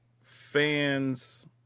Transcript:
fans